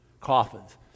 coffins